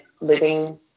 living